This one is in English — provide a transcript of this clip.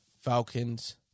Falcons